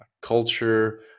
culture